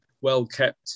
well-kept